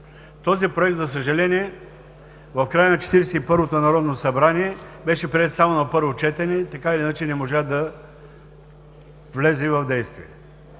Този Проект, за съжаление, в края на Четиридесет и първото народно събрание беше приет само на първо четене и така или иначе не можа да влезе в действие.